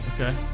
Okay